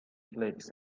flakes